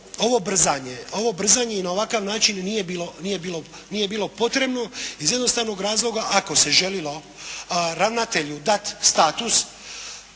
ovo brzanje i na ovakav način nije bilo potrebno iz jednostavnog razloga ako se želilo ravnatelju dati status